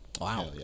Wow